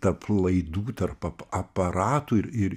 tarp laidų tarp aparatų ir ir